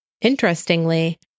Interestingly